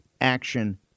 action